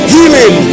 Healing